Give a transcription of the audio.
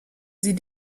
sie